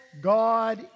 God